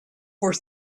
for